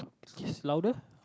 louder